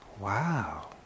Wow